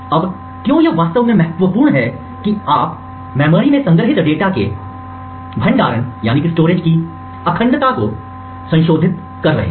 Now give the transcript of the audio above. अब क्यों यह वास्तव में महत्वपूर्ण है कि आप मेमोरी में संग्रहीत डेटा के भंडारण की अखंडता को संशोधित कर रहे हैं